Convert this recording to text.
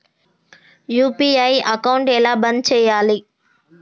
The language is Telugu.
యూ.పీ.ఐ అకౌంట్ ఎలా బంద్ చేయాలి?